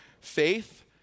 Faith